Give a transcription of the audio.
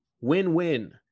win-win